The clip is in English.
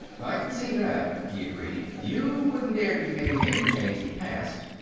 i can see that, he agreed. you wouldn't dare do anything to change the past.